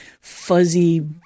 fuzzy